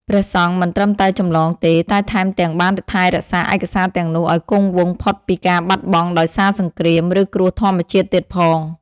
ព្រះសង្ឃមិនត្រឹមតែចម្លងទេ តែថែមទាំងបានថែរក្សាឯកសារទាំងនោះឲ្យគង់វង្សផុតពីការបាត់បង់ដោយសារសង្គ្រាម ឬគ្រោះធម្មជាតិទៀតផង។